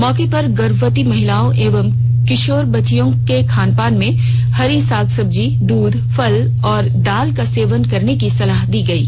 मौके पर गर्भवती महिलाओं एवं किशोरी बच्चियों को खानपान में हरी साग सब्जी दूध फल और दाल का सेवन करने की सलाह दी गयी